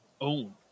own